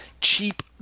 cheap